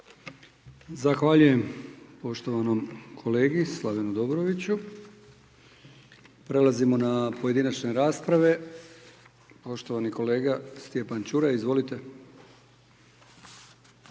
Zahvaljujem poštovanoj kolegici Anki Mrak Taritaš. Prelazimo na pojedinačne rasprave. Poštovani kolega Stjepan Čuraj. Izvolite.